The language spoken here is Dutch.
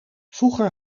vroeger